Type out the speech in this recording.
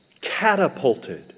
catapulted